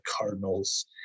Cardinals